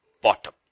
bottom